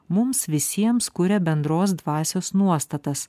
mums visiems kuria bendros dvasios nuostatas